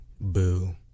boo